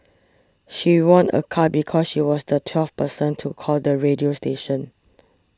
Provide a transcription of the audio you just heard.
she won a car because she was the twelfth person to call the radio station